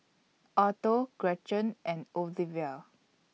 Otto Gretchen and Olevia